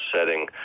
setting